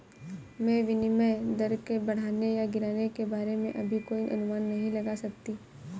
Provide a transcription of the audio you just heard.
मैं विनिमय दर के बढ़ने या गिरने के बारे में अभी कोई अनुमान नहीं लगा सकती